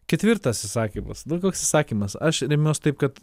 ketvirtas įsakymas nu koks įsakymas aš remiuos taip kad